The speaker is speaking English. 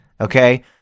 okay